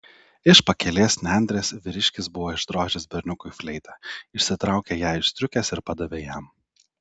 iš pakelės nendrės vyriškis buvo išdrožęs berniukui fleitą išsitraukė ją iš striukės ir padavė jam